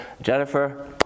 Jennifer